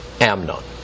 Amnon